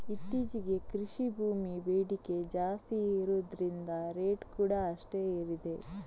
ಇತ್ತೀಚೆಗೆ ಕೃಷಿ ಭೂಮಿ ಬೇಡಿಕೆ ಜಾಸ್ತಿ ಇರುದ್ರಿಂದ ರೇಟ್ ಕೂಡಾ ಅಷ್ಟೇ ಏರಿದೆ